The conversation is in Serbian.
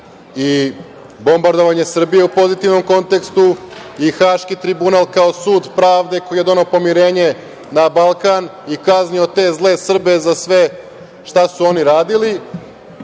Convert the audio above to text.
i bombardovanje Srbije u pozitivnom kontekstu i Haški tribunal kao sud pravde koji je doneo pomirenje na Balkan i kaznio te zle Srbe za se šta su oni radili,